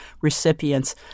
recipients